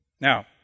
Now